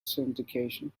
syndication